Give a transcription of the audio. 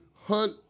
hunt